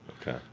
Okay